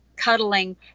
cuddling